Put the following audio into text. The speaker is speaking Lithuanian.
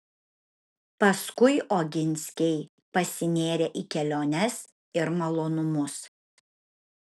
paskui oginskiai pasinėrė į keliones ir malonumus